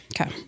Okay